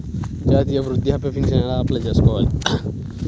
జాతీయ వృద్ధాప్య పింఛనుకి ఎలా అప్లై చేయాలి?